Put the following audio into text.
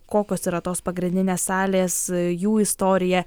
kokios yra tos pagrindinės salės jų istorija